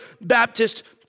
Baptist